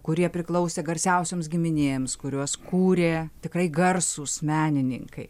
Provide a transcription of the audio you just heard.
kurie priklausė garsiausioms giminėms kuriuos kūrė tikrai garsūs menininkai